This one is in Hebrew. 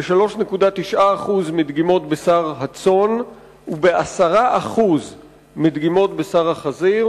ב-3.9% מדגימות בשר הצאן וב-10% מדגימות בשר החזיר.